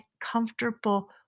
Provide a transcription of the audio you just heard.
comfortable